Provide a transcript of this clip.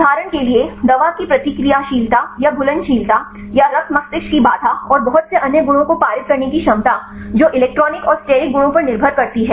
उदाहरण के लिए दवा की प्रतिक्रियाशीलता या घुलनशीलता या रक्त मस्तिष्क की बाधा और बहुत से अन्य गुणों को पारित करने की क्षमता जो इलेक्ट्रॉनिक और स्टेरिक गुणों पर निर्भर करती है